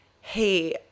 hey